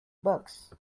bugs